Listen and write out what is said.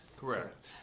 Correct